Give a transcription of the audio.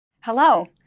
Hello